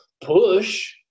push